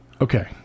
Okay